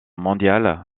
mondiale